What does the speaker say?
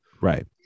right